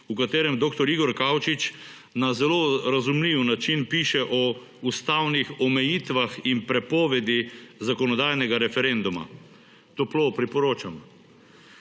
v katerem dr. Igor Kavčič na zelo razumljiv način piše o ustavnih omejitvah in prepovedi zakonodajnega referenduma. Toplo priporočam.